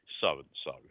so-and-so